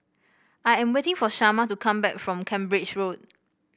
I am waiting for Shamar to come back from Cambridge Road